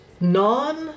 non